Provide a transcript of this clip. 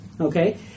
okay